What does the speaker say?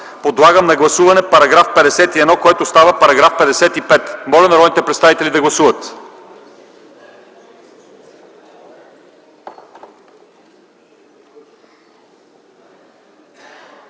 Подлагам на гласуване § 51, който става § 55. Моля народните представители да гласуват.